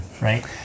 right